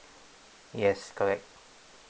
yes correct